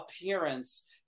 appearance